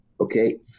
okay